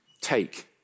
Take